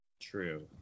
True